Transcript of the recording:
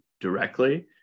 directly